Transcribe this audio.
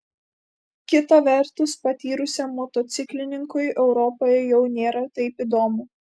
kita vertus patyrusiam motociklininkui europoje jau nėra taip įdomu